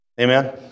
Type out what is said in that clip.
Amen